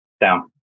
down